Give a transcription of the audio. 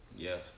Yes